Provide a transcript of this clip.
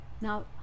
now